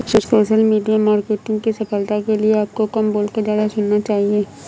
social media marketing में सफलता के लिए आपको कम बोलकर ज्यादा सुनना चाहिए